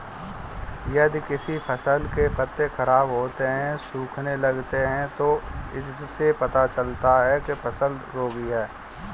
यदि किसी फसल के पत्ते खराब होते हैं, सूखने लगते हैं तो इससे पता चलता है कि फसल रोगी है